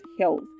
health